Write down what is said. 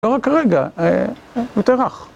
רק רגע, יותר רך.